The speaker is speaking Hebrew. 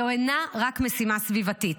זו אינה רק משימה סביבתית,